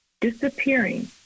disappearing